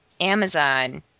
Amazon